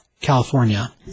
California